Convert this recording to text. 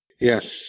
Yes